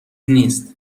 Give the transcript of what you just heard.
نیست